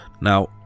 Now